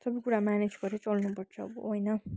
सबै कुरा म्यानेज गरेरै चल्नु पर्छ अब होइन